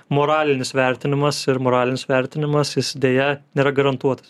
moralinis vertinimas ir moralinis vertinimas jis deja nėra garantuotas